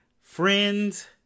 Friends